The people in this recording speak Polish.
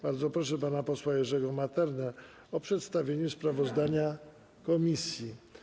Bardzo proszę pana posła Jerzego Maternę o przedstawienie sprawozdania komisji.